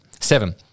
seven